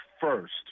first